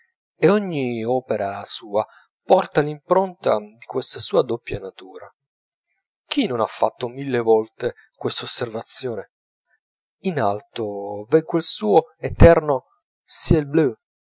e ogni opera sua porta l'impronta di questa sua doppia natura chi non ha fatto mille volte quest'osservazione in alto v'è quel suo eterno ciel bleu